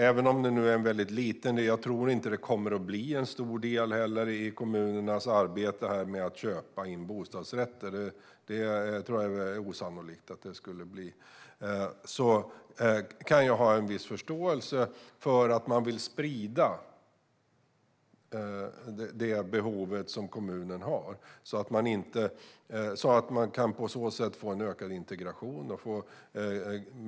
Även om kommunernas arbete med att köpa in bostadsrätter utgör en väldigt liten del, och jag tror att det är osannolikt att det blir en stor del, så kan jag ha en viss förståelse för att man vill sprida behoven för att på så sätt få en ökad integration.